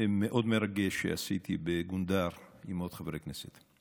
מאוד מרגש שעשיתי בגונדר עם עוד חברי כנסת.